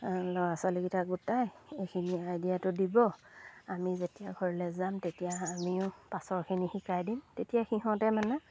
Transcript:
ল'ৰা ছোৱালীকেইটা গোটাই এইখিনি আইডিয়াটো দিব আমি যেতিয়া ঘৰলৈ যাম তেতিয়া আমিও পাছৰখিনি শিকাই দিম তেতিয়া সিহঁতে মানে